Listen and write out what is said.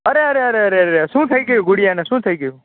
અરે અરે અરે શું થઈ ગયું ગુડિયાને શું થઈ ગ્યું